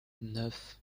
neuf